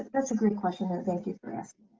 that's a great question and thank you for asking